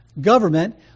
government